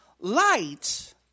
light